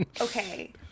okay